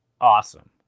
awesome